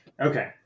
Okay